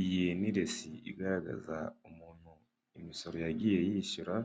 Iyi ni resi igaragaza umuntu imisoro yagiye yishyura